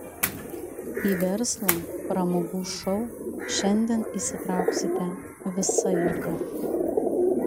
į verslą pramogų šou šiandien įsitrauksite visa jėga